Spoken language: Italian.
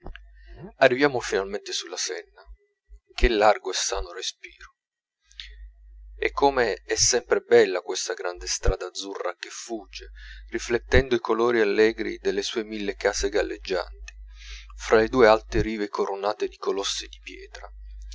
arriviamo finalmente sulla senna che largo e sano respiro e come è sempre bella questa grande strada azzurra che fugge riflettendo i colori allegri delle sue mille case galleggianti fra le due alte rive coronate di colossi di pietra